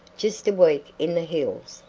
just a week in the hills,